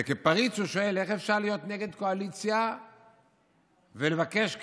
וכפריץ הוא שואל: איך אפשר להיות נגד הקואליציה ולבקש כסף.